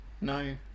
no